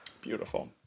Beautiful